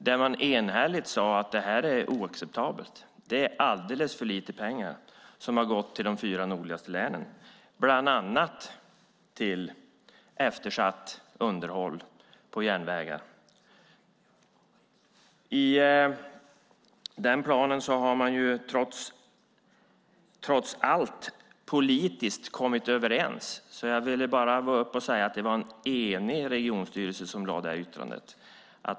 Man sade enhälligt att det här är oacceptabelt och att det är alldeles för lite pengar som går till de fyra nordligaste länen, bland annat till eftersatt underhåll på järnvägar. I planen har man ju trots allt politiskt kommit överens. Jag vill bara påpeka att det var en enig regionstyrelse som gjorde detta yttrande.